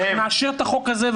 שיממשו את החוק הזה,